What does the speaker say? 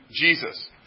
Jesus